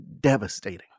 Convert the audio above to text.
devastating